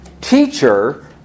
Teacher